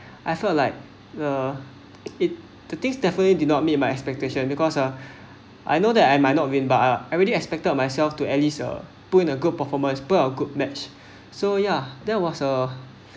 I feel like the it the things definitely did not meet my expectation because uh I know that I might not win but I really expected myself to at least uh put in a good performance per a good match so yeah there was a